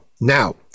Now